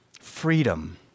Freedom